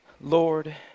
Lord